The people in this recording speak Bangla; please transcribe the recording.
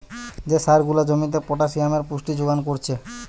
যে সার গুলা জমিতে পটাসিয়ামের পুষ্টি যোগ কোরছে